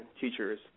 teachers